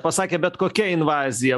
pasakė bet kokia invazija